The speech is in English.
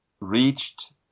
reached